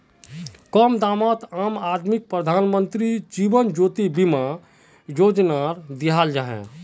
कम दामोत आम आदमीक प्रधानमंत्री जीवन ज्योति बीमा योजनाक दियाल जाहा